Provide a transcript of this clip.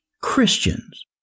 Christians